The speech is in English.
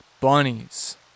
bunnies